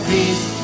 Peace